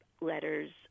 letters